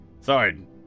Sorry